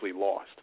lost